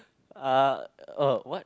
uh what